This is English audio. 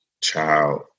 child